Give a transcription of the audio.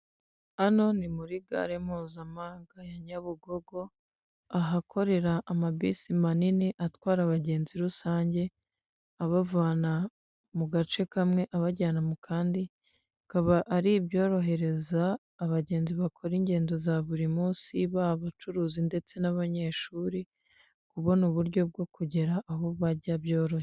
Hano ni muri gare mpuzamahanga ya Nyabugogo, ahakorera amabisi manini atwara abagenzi rusange abavana mu gace kamwe abajyana mu kandi, bikaba ari ibyorohereza abagenzi bakora ingendo za buri munsi baba abacuruzi ndetse n'abanyeshuri kubona uburyo bwo kugera aho bajya byoroshye.